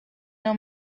know